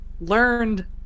learned